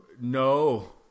No